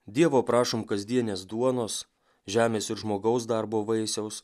dievo prašom kasdienės duonos žemės ir žmogaus darbo vaisiaus